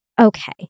okay